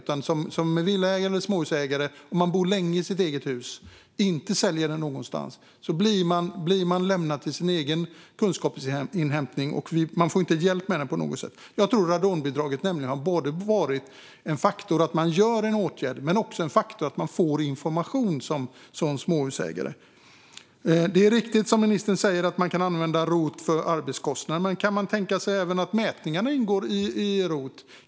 Om man som småhusägare bor länge i sitt hus utan att sälja lämnas man till sin egen kunskapsinhämtning utan att få någon hjälp. Jag tror att radonbidraget har gjort att småhusägare både fått information och gjort åtgärder. Det är riktigt att man kan använda rot för arbetskostnaden. Men kan man tänka sig att även mätningarna kan ingå i rot?